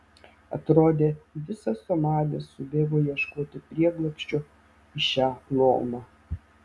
atrodė visas somalis subėgo ieškoti prieglobsčio į šią lomą